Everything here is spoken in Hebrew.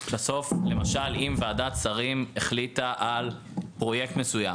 בסוף, למשל אם ועדת שרים החליטה על פרויקט מסוים